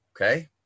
okay